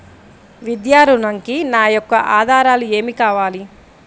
విద్యా ఋణంకి నా యొక్క ఆధారాలు ఏమి కావాలి?